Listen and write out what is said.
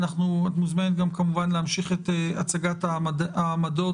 כמובן שאת מוזמנת להמשיך את הצגת העמדות